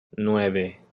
nueve